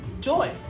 joy